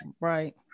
Right